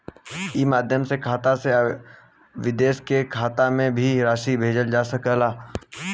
ई माध्यम से खाता से विदेश के खाता में भी राशि भेजल जा सकेला का?